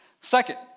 Second